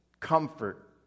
Comfort